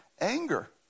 anger